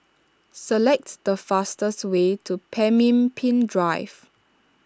select the fastest way to Pemimpin Drive